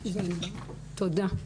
תודה.